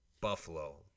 Buffalo